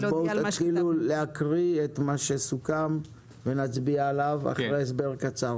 תתחילו להקריא את מה שסוכם ואחרי שנקבל הסבר קצר,